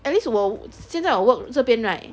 at least 我现在我 work 这边 right